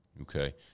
Okay